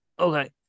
okay